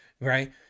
right